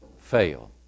fail